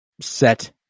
set